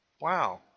wow